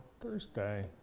thursday